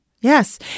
Yes